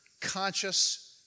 conscious